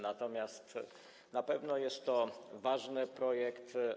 Natomiast na pewno jest to ważny projekt.